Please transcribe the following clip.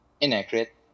inaccurate